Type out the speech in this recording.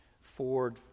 Ford